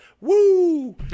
woo